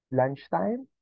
lunchtime